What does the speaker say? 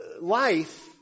life